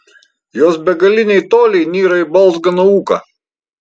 jos begaliniai toliai nyra į balzganą ūką